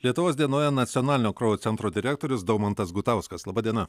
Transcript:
lietuvos dienoje nacionalinio kraujo centro direktorius daumantas gutauskas laba diena